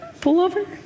pullover